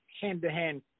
hand-to-hand